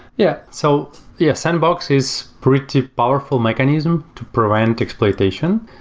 yeah so yeah, sandbox is pretty powerful mechanism to prevent exploitation.